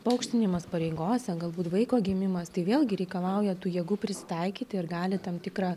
paaukštinimas pareigose galbūt vaiko gimimas tai vėlgi reikalauja tų jėgų prisitaikyti ir gali tam tikrą